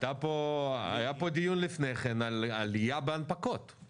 היה פה דיון לפני כן על עלייה בהנפקות,